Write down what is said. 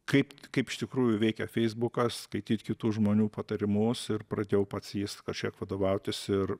kaip kaip iš tikrųjų veikia feisbukas skaityt kitų žmonių patarimus ir pradėjau pats jais kažkiek vadovautis ir